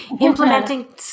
Implementing